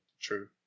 True